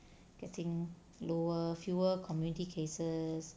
getting lower fewer community cases